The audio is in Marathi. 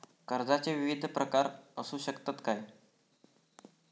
कर्जाचो विविध प्रकार असु शकतत काय?